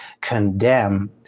condemn